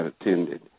attended